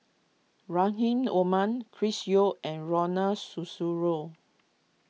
Rahim Omar Chris Yeo and Ronald Susilo